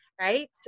right